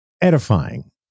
edifying